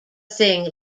thing